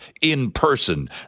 in-person